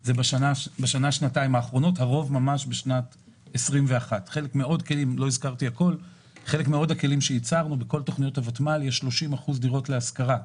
היה בשנת 2021. בכל תכניות הותמ"ל יש 30% דירות להשכרה.